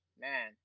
man